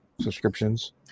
subscriptions